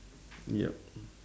ya